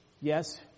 Yes